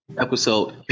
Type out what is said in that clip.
episode